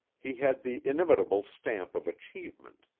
he had the inimitable stamp of achievement.